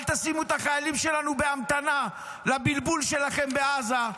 אל תשימו את החיילים שלנו בהמתנה לבלבול שלכם בעזה.